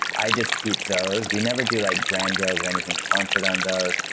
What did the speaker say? i just keep those. we never do like brand deals or anything sponsored on those.